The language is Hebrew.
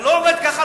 זה לא עובד ככה,